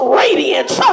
radiance